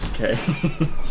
Okay